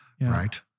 right